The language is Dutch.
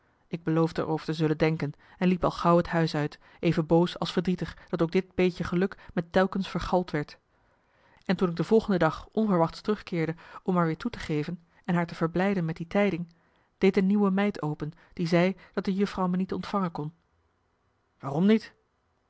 ik beloofde er over te zullen denken en liep al gauw het huis uit even boos als verdrietig dat ook dit beetje geluk me telkens vergald werd en toen ik de volgende dag onverwachts terugkeerde om maar weer toe te geven en haar te verblijden met die tijding deed een nieuwe meid open die zei dat de juffrouw me niet ontvangen kon waarom niet